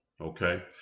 Okay